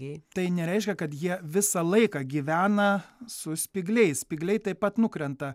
jei tai nereiškia kad jie visą laiką gyvena su spygliais spygliai taip pat nukrenta